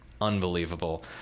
unbelievable